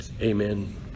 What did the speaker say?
amen